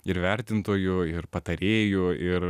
ir vertintojų ir patarėjų ir